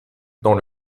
dans